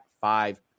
five